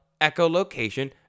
echolocation